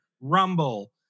Rumble